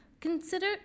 Consider